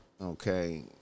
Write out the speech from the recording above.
Okay